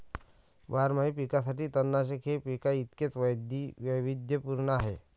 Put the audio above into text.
बारमाही पिकांसाठी तणनाशक हे पिकांइतकेच वैविध्यपूर्ण आहे